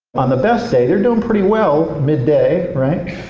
on the best day they're doing pretty well, midday, right?